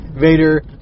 Vader